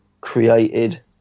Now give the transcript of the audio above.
created